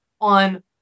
on